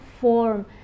form